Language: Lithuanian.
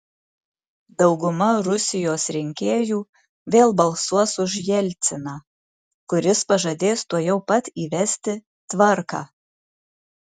dauguma rusijos rinkėjų vėl balsuos už jelciną kuris pažadės tuojau pat įvesti tvarką